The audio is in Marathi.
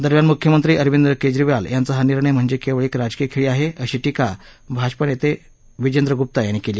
दरम्यान मुख्यमंत्री अरविंद केजरीवाल यांचा हा निर्णय म्हणजे केवळ एक राजकीय खेळी आहे अशी श्रीका भाजपा नेते विजेंद्र गुप्ता यांनी केली